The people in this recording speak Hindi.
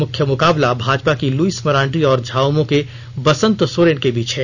मुख्य मुकाबला भाजपा की लुइस मरांडी और झामुमो के बसंत सोरेन के बीच है